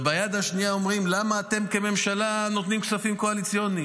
וביד השנייה אומרים: למה אתם כממשלה נותנים כספים קואליציוניים?